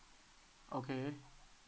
okay